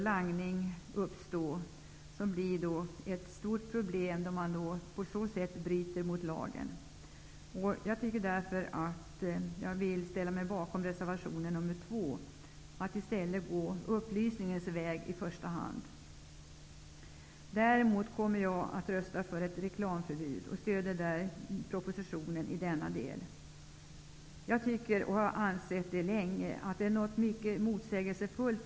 Langning kan uppstå, och den blir ett stort problem i och med att man därmed bryter mot lagen. Jag ställer mig därför bakom reservation nr 2. Det gäller alltså att i stället i första hand välja upplysningens väg. Däremot kommer jag att rösta för ett reklamförbud. Jag stöder således propositionen i denna del. Sedan länge har jag funnit att den reklam som vi nu har är mycket motsägelsefull.